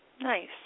Nice